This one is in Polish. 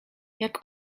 jak